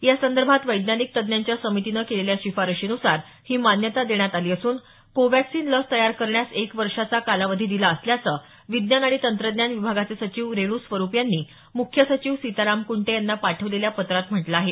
यासंदर्भात वैज्ञानिक तज्ञांच्या समितीने केलेल्या शिफारशीन्सार ही मान्यता देण्यात आली असून कोव्हॅक्सिन लस तयार करण्यास एक वर्षांचा कालावधी दिला असल्याचं विज्ञान आणि तंत्रज्ञान विभागाचे सचिव रेणू स्वरूप यांनी मुख्य सचिव सीताराम कुंटे यांना पाठवलेल्या पत्रात म्हटलं आहे